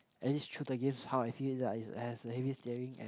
at this shooter games how I feel lah it has a heavy steering and